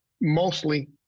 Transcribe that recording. mostly